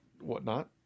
whatnot